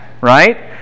right